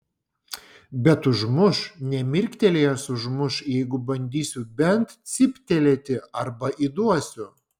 bet užmuš nemirktelėjęs užmuš jeigu bandysiu bent cyptelėti arba įduosiu